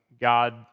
God